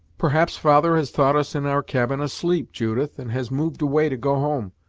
perhaps father has thought us in our cabin asleep, judith, and has moved away to go home.